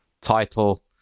title